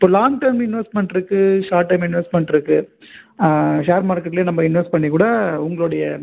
இப்போ long term investment இருக்கு short time investment இருக்கு ஷேர் மார்க்கெட்ல நம்ம இன்வெஸ்ட் பண்ணிக்கூட உங்களுடைய